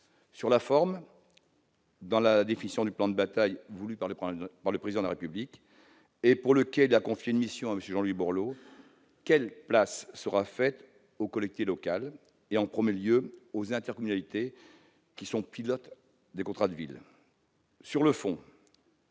Sur la forme, dans la définition du plan de bataille voulu par le Président de la République et pour lequel il a confié une mission à M. Jean-Louis Borloo, quelle place sera faite aux collectivités locales et, en premier lieu, aux intercommunalités, qui sont les pilotes de ces contrats de ville ?